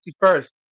first